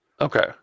Okay